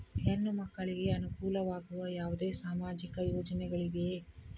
ಹೆಣ್ಣು ಮಕ್ಕಳಿಗೆ ಅನುಕೂಲವಾಗುವ ಯಾವುದೇ ಸಾಮಾಜಿಕ ಯೋಜನೆಗಳಿವೆಯೇ?